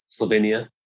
Slovenia